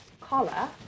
collar